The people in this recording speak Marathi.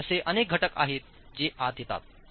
तर असे अनेक घटक आहेत जे आत येतात